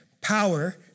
power